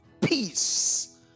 Peace